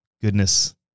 goodness